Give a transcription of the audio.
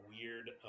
weird